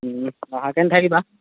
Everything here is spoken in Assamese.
নহাকৈ নাথাকিবা